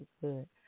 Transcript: good